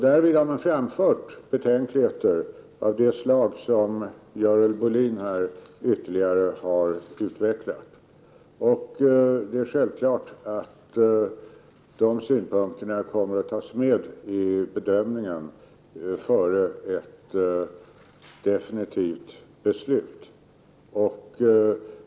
Därvidlag har man framfört betänkligheter av det slag som Görel Bohlin här ytterligare har utvecklat. Det är självklart att dessa synpunkter kommer att tas med i bedömningen före ett definitivt beslut.